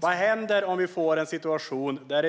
Vad händer om vi får en situation då